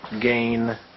gain